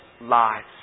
lives